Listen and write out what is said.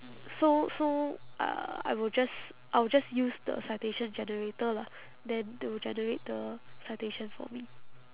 so so uh I will just I will just use the citation generator lah then to generate the citation for me